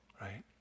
right